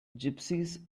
gypsies